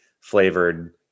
flavored